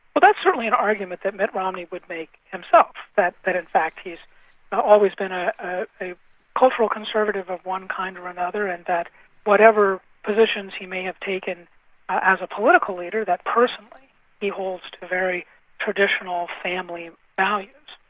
but that's certainly an argument that mitt romney would make um so himself, that in fact he's always been a ah a cultural conservative of one kind or another, and that whatever positions he may have taken as a political leader that personally he holds to very traditional family values.